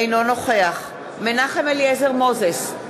אינו נוכח מנחם אליעזר מוזס,